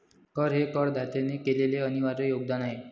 कर हे करदात्याने केलेले अनिर्वाय योगदान आहे